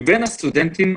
מבין הסטודנטים,